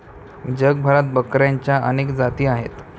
जगभरात बकऱ्यांच्या अनेक जाती आहेत